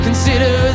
Consider